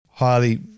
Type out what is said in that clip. highly